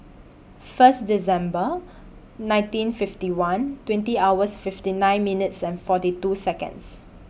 First December nineteen fifty one twenty hours fifty nine minutes and forty two Seconds